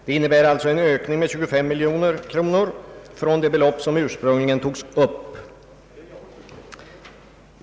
Det innebär alltså en ökning med 25 miljoner kronor jämfört med det belopp som ursprungligen togs upp.